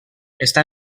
està